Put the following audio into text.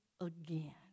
again